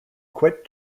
quit